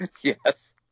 Yes